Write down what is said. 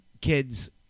kids